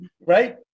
Right